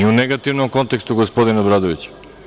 u negativnom kontekstu, gospodine Obradoviću.